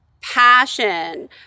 passion